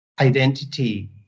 identity